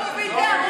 לא, הוא ויתר.